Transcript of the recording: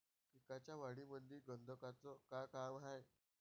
पिकाच्या वाढीमंदी गंधकाचं का काम हाये?